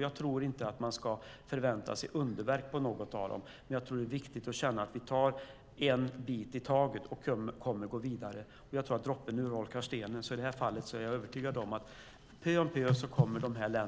Jag tror inte att man ska förvänta sig underverk på någon av dem, men det är viktigt att känna att vi tar en bit i taget och att vi kommer att gå vidare. Jag tror att droppen urholkar stenen, så i det här fallet är jag övertygad om att de här länderna